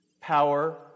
power